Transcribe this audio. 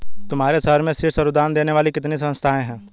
तुम्हारे शहर में शीर्ष अनुदान देने वाली कितनी संस्थाएं हैं?